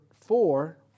four